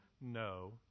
No